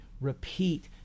repeat